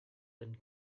and